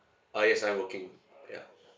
ah yes I'm working ya